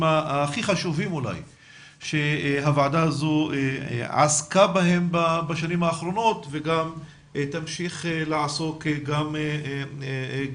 הכי חשובים שהוועדה הזו עסקה בהם בשנים האחרונות וגם תמשיך לעסוק הפעם,